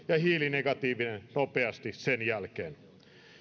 ja hiilinegatiivinen nopeasti sen jälkeen